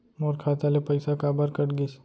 मोर खाता ले पइसा काबर कट गिस?